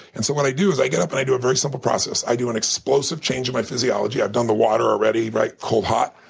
and so what i do is i get up, and i do a very simple process. i do an explosive change in my physiology. i've done the water already. right? cold-hot.